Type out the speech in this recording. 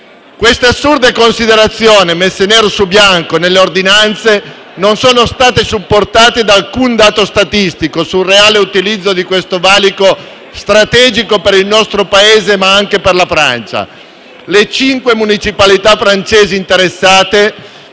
Queste assurde considerazioni, messe nero su bianco nelle ordinanze, non sono state supportate da alcun dato statistico sul reale utilizzo di questo valico strategico per il nostro Paese, ma anche per la Francia. Le cinque municipalità francesi interessate